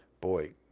boy